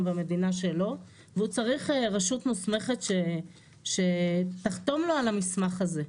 במדינה שלו והוא צריך רשות מוסמכת שתחתום לו על המסמך הזה.